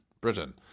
britain